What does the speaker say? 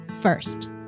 first